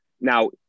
Now